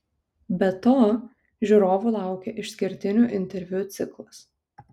be to žiūrovų laukia išskirtinių interviu ciklas